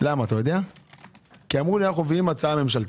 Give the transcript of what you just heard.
כי אמרו לי אנחנו מביאים הצעה ממשלתית.